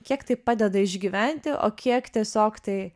kiek tai padeda išgyventi o kiek tiesiog tai